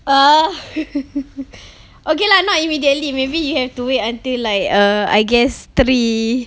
ah okay lah not immediately maybe you have to wait until like err I guess three